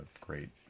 great